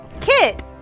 Kit